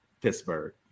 Pittsburgh